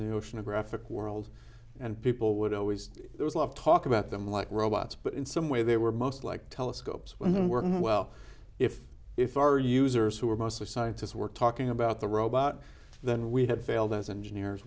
the oceanographic world and people would always there was a lot of talk about them like robots but in some way they were most like telescopes when working well if if our users who are mostly scientists were talking about the robot then we have failed as engineers